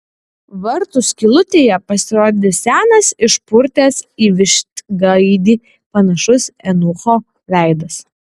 vartų skylutėje pasirodė senas išpurtęs į vištgaidį panašus eunucho veidas